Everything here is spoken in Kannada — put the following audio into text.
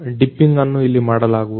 ಡಿಪ್ಪಿಂಗ್ ಅನ್ನು ಇಲ್ಲಿ ಮಾಡಲಾಗುವುದು